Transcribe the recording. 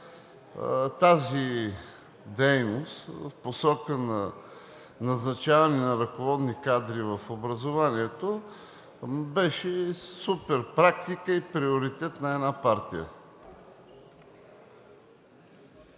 тази дейност в посока на назначаване на ръководни кадри в образованието беше супер практика и приоритет на една партия.